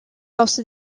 also